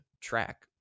track